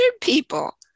people